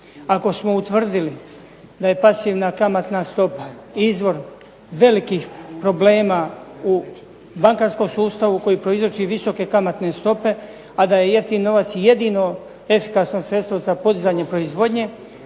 Ako smo utvrdili da je pasivna kamatna stopa izvor velikih problema u bankarskom sustavu koji prouzroči visoke kamatne stope, a da je jeftin novac jedino efikasno sredstvo za podizanje proizvodnje,